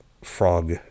Frog